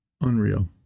Unreal